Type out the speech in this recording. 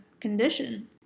condition